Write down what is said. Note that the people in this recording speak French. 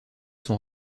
sont